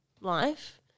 life